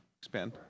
expand